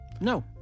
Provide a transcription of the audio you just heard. No